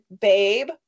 babe